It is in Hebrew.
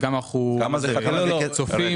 כמה זה חד-פעמי?